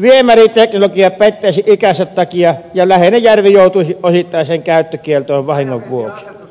viemäriteknologia pettäisi ikänsä takia ja läheinen järvi joutuisi osittaiseen käyttökieltoon vahingon vuoksi